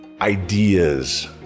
ideas